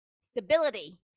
stability